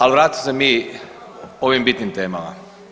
Ali vratimo se mi ovim bitnim temama.